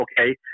okay